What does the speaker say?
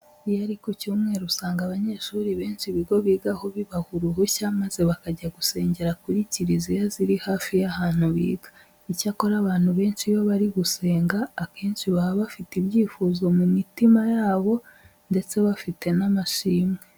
Iyo ari ku cyumweru usanga abanyeshuri benshi ibigo bigaho bibaha uruhushya maze bakajya gusengera kuri kiliziya ziri hafi y'ahantu biga. Icyakora abantu benshi iyo bari gusenga, akenshi baba bafite ibyifuzo mu mitima yabo ndetse bafite n'amashimwe.